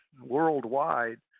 worldwide